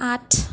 আঠ